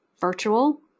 virtual